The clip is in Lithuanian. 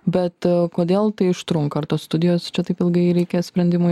bet kodėl tai užtrunka ar tos studijos čia taip ilgai reikės sprendimui